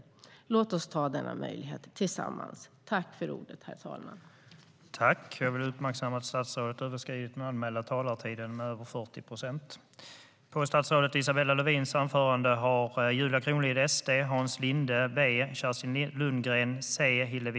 Låt oss ta den möjligheten tillsammans!